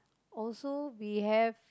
also we have